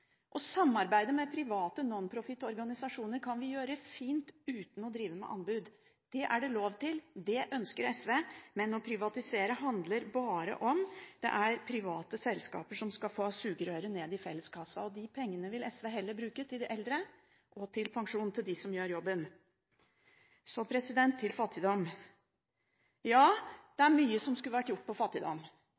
Å samarbeide med private nonprofit-organisasjoner kan vi fint gjøre uten å drive med anbud. Det er det lov til, det ønsker SV, men å privatisere handler bare om at private selskaper skal få sugerøret ned i felleskassa. De pengene vil SV heller bruke på de eldre og på pensjon til dem som gjør jobben. Så til fattigdom: Ja, det er mye som skulle vært gjort med fattigdom.